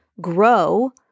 grow